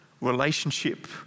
relationship